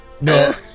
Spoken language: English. No